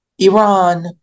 Iran